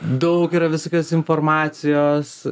daug yra visokios informacijos